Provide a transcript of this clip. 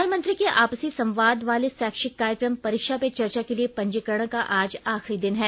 प्रधानमंत्री के आपसी संवाद वाले शैक्षिक कार्यक्रम परीक्षा पे चर्चा के लिए पंजीकरण का आज आखिरी दिन है